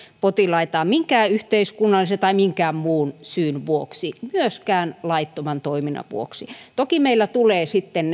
potilaitaan minkään yhteiskunnallisen tai minkään muun syyn vuoksi myöskään laittoman toiminnan vuoksi toki meillä tulevat sitten